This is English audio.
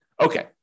Okay